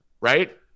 right